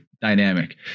dynamic